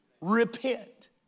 repent